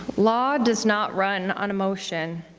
law does not run on emotion.